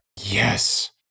Yes